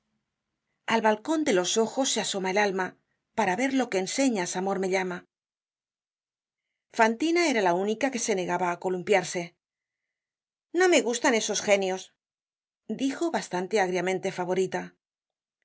al balcon de los ojos se asoma el alma para ver lo que enseñas amor me llama fantina era la única que se negaba á columpiarse no me gustan esos genios dijo bastante agriamente favorita